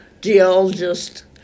geologist